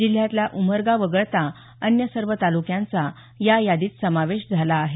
जिल्ह्यातला उमरगा वगळता अन्य सर्व तालुक्यांचा या यादीत समावेश झाला आहे